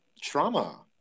Trauma